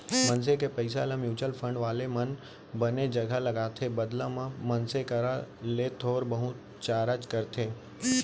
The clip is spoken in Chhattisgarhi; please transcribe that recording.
मनसे के पइसा ल म्युचुअल फंड वाले मन बने जघा लगाथे बदला म मनसे करा ले थोर बहुत चारज करथे